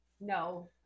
No